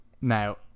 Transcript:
Now